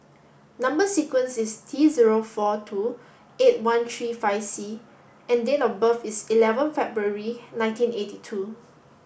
number sequence is T zero four two eight one three five C and date of birth is eleven February nineteen eighty two